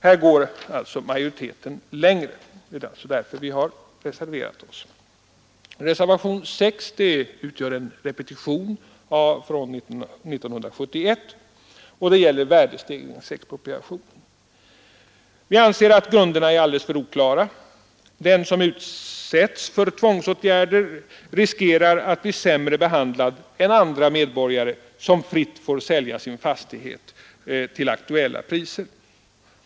Här går majoriteten längre, och det är därför vi från vårt parti har reserverat oss Reservationen 6 utgör en repetition från 1971 och gäller värdestegringsexpropriation. Vi anser att grunderna är alldeles för oklara. Den som utsätts för tvångsåtgärder riskerar att bli sämre behandlad än andra medborgare, som fritt får sälja sin fastighet till aktuella priser.